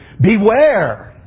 beware